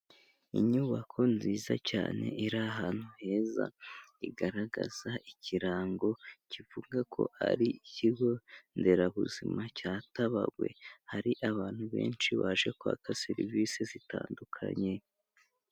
Inyubako nziza cyane iri ahantu heza, igaragaza ikirango kivuga ko ari ikigonderabuzima cya Tabagwe. Hari abantu benshi baje kwaka serivisi zitandukanye.